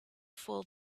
for